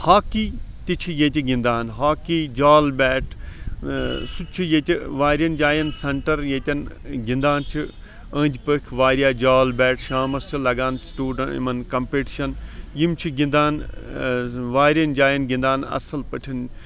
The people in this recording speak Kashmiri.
ہاکی تہِ چھِ ییٚتہِ گِنٛدان ہاکی جال بیٹ سُہ تہِ چھُ ییٚتہِ وارہایَن جایَن سَنٹَر ییٚتٮ۪ن گِنٛدان چھِ أنٛدۍ پٔکۍ واریاہ جال بیٹ شامس چھِ لَگان سٹوڈَنٛٹ یِمَن کَنپِٹِشَن یِم چھِ گِنٛدان واریاہَن جایَن گِنٛدان اصٕل پٲٹھۍ